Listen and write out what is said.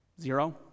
Zero